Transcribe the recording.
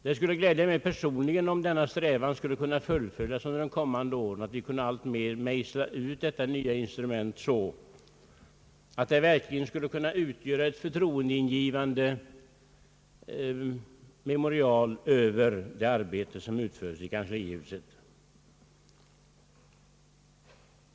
Det skulle glädja mig personligen om denna strävan kunde fullföljas under kommande år, så att vi alltmer kunde mejsla ut detta nya instrument därhän att det verkligen skulle kunna utgöra ett förtroendeingivande memorial över det arbete som utförts i kanslihuset.